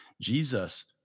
Jesus